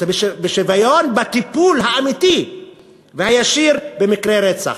אלא בשוויון בטיפול האמיתי והישיר במקרי רצח.